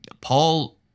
Paul